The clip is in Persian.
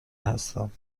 هستم